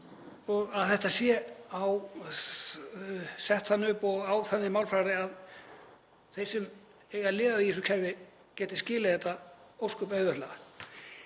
og að þetta sé sett þannig upp og með þannig málfari að þeir sem eiga að lifa í þessu kerfi geti skilið þetta ósköp auðveldlega.